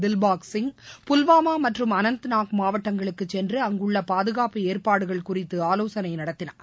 தில்பாக் சிங் புல்வாமா மற்றும் அனந்த்நாக் மாவட்டங்களுக்கு சென்று அங்குள்ள பாதுகாப்பு ஏற்பாடுகள் குறித்து ஆவோசனை நடத்தினார்